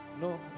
no